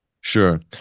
sure